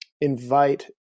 invite